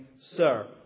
Sir